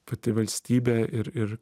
pati valstybė ir ir